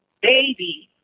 baby